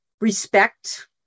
respect